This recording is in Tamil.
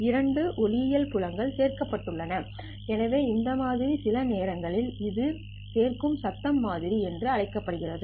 இரண்டு ஒளியியல் புலங்கள் சேர்க்கப்படுகின்றன எனவே இந்த மாதிரி சில நேரங்களில் இது சேர்க்கும் சத்தம் மாதிரி என்று அழைக்கப்படுகிறது